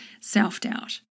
self-doubt